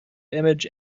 image